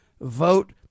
vote